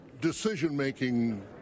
decision-making